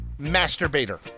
Masturbator